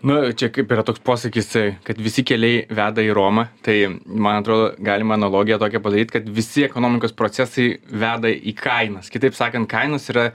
na čia kaip yra toks posakis kad visi keliai veda į romą tai man atrodo galima analogiją tokią padaryt kad visi ekonomikos procesai veda į kainas kitaip sakant kainos yra